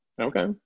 okay